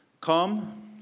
Come